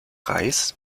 reis